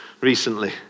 recently